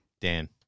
Dan